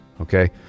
Okay